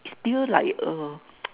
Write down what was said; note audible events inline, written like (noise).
still like err (noise)